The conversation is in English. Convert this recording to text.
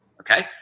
okay